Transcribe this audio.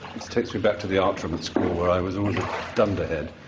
this takes me back to the art room at school where i was always a dunderhead.